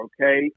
okay